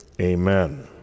Amen